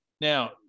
Now